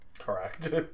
correct